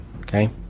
Okay